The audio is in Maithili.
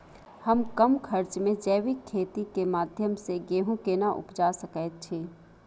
हम कम खर्च में जैविक खेती के माध्यम से गेहूं केना उपजा सकेत छी?